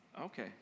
okay